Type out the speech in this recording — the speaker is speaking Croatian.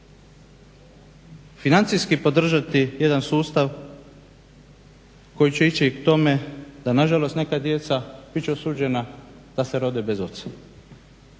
financijski podržati jedan sustav koji će ići k tome da nažalost neka djeca bit će osuđena da se rode bez oca,